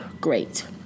Great